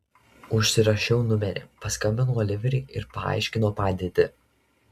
užsirašiau numerį paskambinau oliveriui ir paaiškinau padėtį